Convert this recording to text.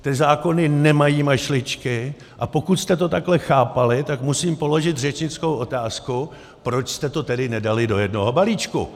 Ty zákony nemají mašličky, a pokud jste to takhle chápali, tak musím položit řečnickou otázku: Proč jste to tedy nedali do jednoho balíčku?